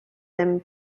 them